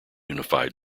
unified